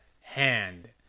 hand